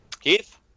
Keith